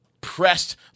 pressed